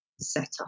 Setup